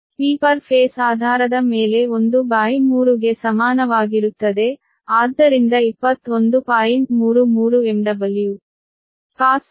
P per phase ಆಧಾರದ ಮೇಲೆ 13 ಗೆ ಸಮಾನವಾಗಿರುತ್ತದೆ ಆದ್ದರಿಂದ 21